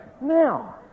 Now